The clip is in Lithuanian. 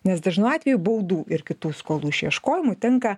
nes dažnu atveju baudų ir kitų skolų išieškojimą tenka